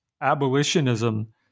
abolitionism